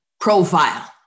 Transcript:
profile